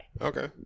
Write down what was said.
Okay